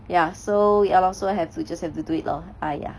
ya so ya loh so have to just have to do it lor !aiya!